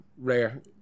rare